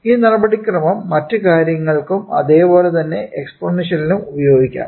ഈ നടപടിക്രമം മറ്റ് കാര്യങ്ങൾക്കും അതെ പോലെ തന്നെ എക്സ്പോണൻഷ്യലിനും ഉപയോഗിക്കാം